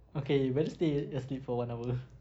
okay he better stay as~ asleep for one hour